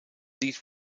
lied